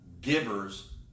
Givers